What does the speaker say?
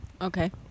Okay